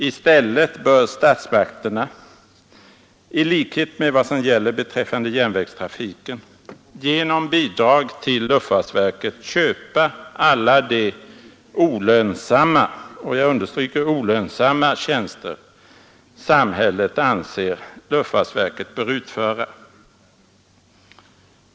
I stället bör statsmakterna, i likhet med vad som gäller beträffande järnvägstrafiken, genom bidrag till luftfartsverket köpa alla de olönsamma tjänster som samhället anser att luftfartsverket bör utföra.